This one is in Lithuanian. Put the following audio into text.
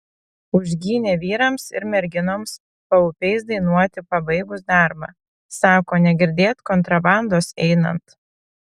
užgynė vyrams ir merginoms paupiais dainuoti pabaigus darbą sako negirdėt kontrabandos einant